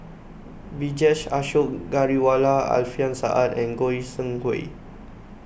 Vijesh Ashok Ghariwala Alfian Sa'At and Goi Seng Hui